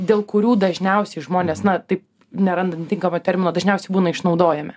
dėl kurių dažniausiai žmonės na taip nerandant tinkamo termino dažniausiai būna išnaudojami